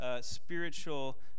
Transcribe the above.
spiritual